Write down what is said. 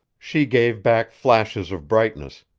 she gave back flashes of brightness,